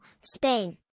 Spain